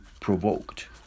provoked